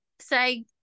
say